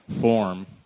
form